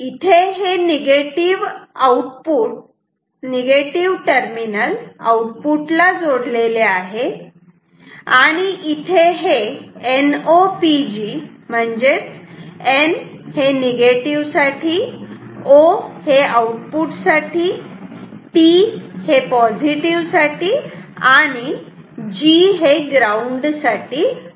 तर इथे हे निगेटिव आउटपुट ला जोडलेले आहे इथे हे NOPG म्हणजेच N हे निगेटिव्ह साठी O हे आउटपुट साठी P हे पॉझिटिव्ह साठी आणि आणि G ग्राउंड साठी आहे